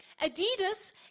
Adidas